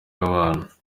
y’abantu